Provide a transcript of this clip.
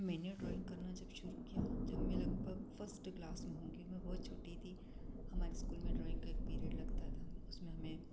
मैंने ड्राइंग करना जब शुरू किया जब मैं लगभग फर्स्ट क्लास में होंगी मैं बहुत छोटी थी हमारे स्कूल में ड्राइंग का एक पीरियड लगता था उसमें हमें